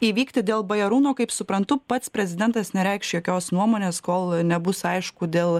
įvykti dėl bajarūno kaip suprantu pats prezidentas nereikš jokios nuomonės kol nebus aišku dėl